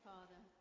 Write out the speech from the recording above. Father